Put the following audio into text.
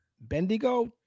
Bendigo